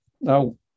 Now